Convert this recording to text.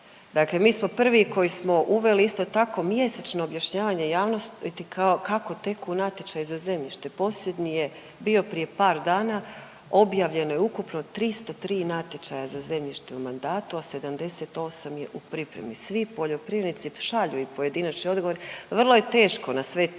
Dakle, mi smo prvi koji smo uveli isto tako mjesečno objašnjavanje javnosti kako teku natječaji za zemljište. Posljednji je bio prije par dana. Objavljeno je ukupno 303 natječaja za zemljište u mandatu, a 78 je u pripremi. Svi poljoprivrednici šalju i pojedinačni odgovor, vrlo je teško na sve to